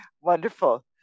wonderful